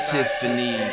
Tiffany